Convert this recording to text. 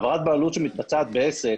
העברת בעלות שמתבצעת בעסק,